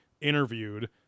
interviewed